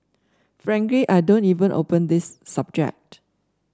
frankly I don't even open this subject